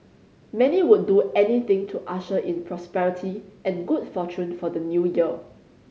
many would do anything to usher in prosperity and good fortune for the New Year